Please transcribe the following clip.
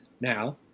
Now